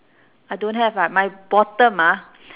I don't have ah but my bottom ah